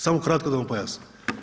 Samo kratko da vam pojasni.